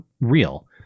real